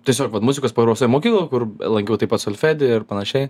tiesiog vat muzikos paprastoj mokykloj kur lankiau taip pat solfedį ir panašiai